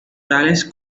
tales